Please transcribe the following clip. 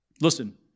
Listen